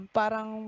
parang